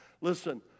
Listen